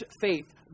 faith